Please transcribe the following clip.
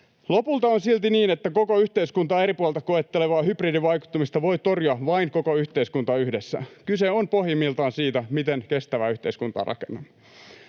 Lopulta on silti niin, että koko yhteiskuntaa eri puolilta koettelevaa hybridivaikuttamista voi torjua vain koko yhteiskunta yhdessä. Kyse on pohjimmiltaan siitä, miten kestävää yhteiskuntaa rakennamme.